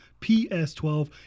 PS12